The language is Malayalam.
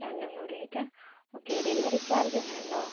രണ്ടും കൂടിയിട്ട് ഓക്കെ ഡെലിവറി ചാര്ജ് എങ്ങാനും ഉണ്ടോ